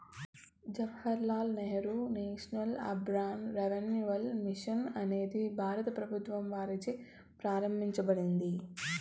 Jawahar Lal Nehru national urban renewal mission అనేది భారత ప్రభుత్వం వారిచే ప్రారంభించబడింది